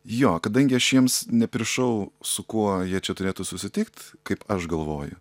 jo kadangi aš jiems nepiršau su kuo jie čia turėtų susitikt kaip aš galvoju